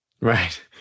right